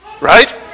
Right